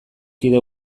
kide